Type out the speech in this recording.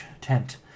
tent